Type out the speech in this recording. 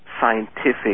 scientific